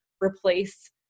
replace